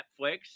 Netflix